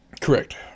Correct